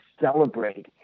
celebrate